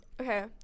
okay